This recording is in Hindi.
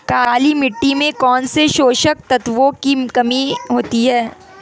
काली मिट्टी में कौनसे पोषक तत्वों की कमी होती है?